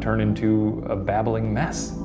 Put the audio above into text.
turn into a babbling mess.